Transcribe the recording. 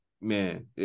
man